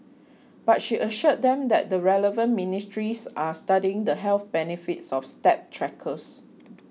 but she assured them that the relevant ministries are studying the health benefits of step trackers